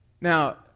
Now